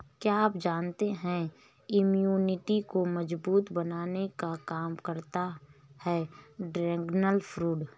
क्या आप जानते है इम्यूनिटी को मजबूत बनाने का काम करता है ड्रैगन फ्रूट?